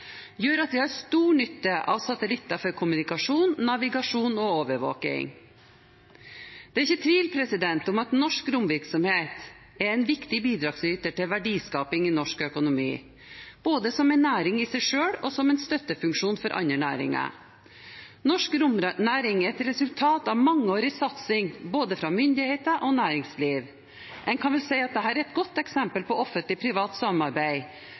gjør at vi har stor nytte av satellitter for kommunikasjon, navigasjon og overvåking. Det er ikke tvil om at norsk romvirksomhet er en viktig bidragsyter til verdiskaping i norsk økonomi, både som en næring i seg selv og som en støttefunksjon for andre næringer. Norsk romnæring er et resultat av mangeårig satsing fra både myndigheter og næringsliv. En kan vel si at dette er et godt eksempel på